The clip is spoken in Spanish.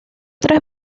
tres